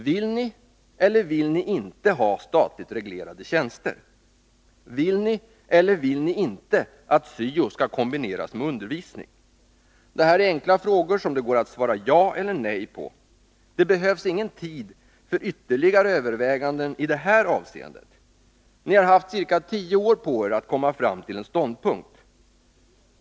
Vill ni eller vill ni inte ha statligt reglerade tjänster? Vill ni eller vill ni inte att syo skall kombineras med undervisning? Det här är enkla frågor som det går att svara ja eller nej på. Det behövs ingen tid för ytterligare överväganden i det här avseendet. Ni har haft ca tio år på er att komma fram till en ståndpunkt.